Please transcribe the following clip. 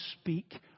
speak